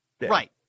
Right